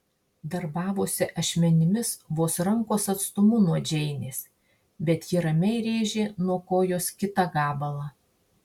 darbavosi ašmenimis vos rankos atstumu nuo džeinės bet ji ramiai rėžė nuo kojos kitą gabalą